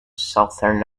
southern